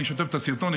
אני אשתף את הסרטון,